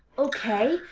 okay,